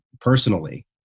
personally